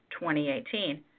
2018